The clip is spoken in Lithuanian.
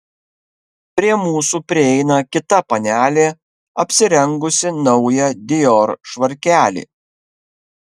prie mūsų prieina kita panelė apsirengusi naują dior švarkelį